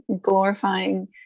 glorifying